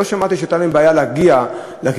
לא שמעתי שהייתה להם בעיה להגיע לכיכר.